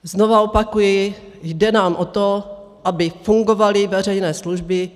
Znova opakuji, jde nám o to, aby fungovaly veřejné služby.